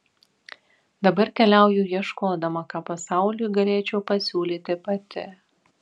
dabar keliauju ieškodama ką pasauliui galėčiau pasiūlyti pati